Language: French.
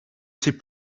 sais